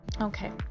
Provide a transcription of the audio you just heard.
Okay